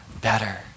better